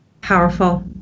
Powerful